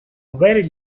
very